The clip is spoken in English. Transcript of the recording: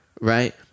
Right